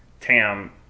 Tam